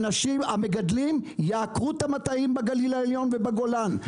המגדלים יעקרו את המטעים בגליל העליון ובגולן,